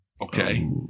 Okay